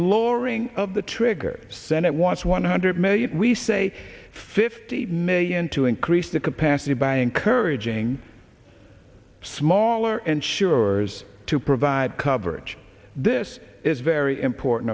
lowering of the trigger senate wants one hundred million we say fifty million to increase the capacity by encouraging smaller and shearers to provide coverage this is very important